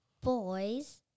Boys